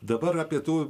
dabar apie tų